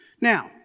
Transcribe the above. Now